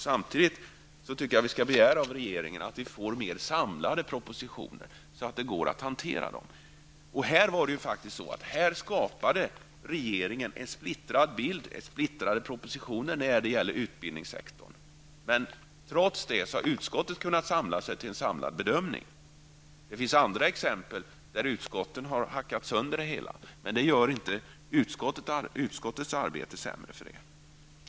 Samtidigt anser jag att vi skall begära av regeringen att få mer samlade propositioner, så att det går att hantera dem. Regeringen har genom sina olika propositioner skapat en splittrad bild av utbildningssektorn. Trots detta har utskottet kunna göra en samlad bedömning. Det finns andra exempel där utskotten har hackat sönder det hela, men det gör inte utskottets arbete i detta fall sämre.